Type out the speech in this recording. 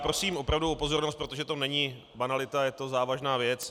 Prosím opravdu o pozornost, protože to není banalita, je to závažná věc.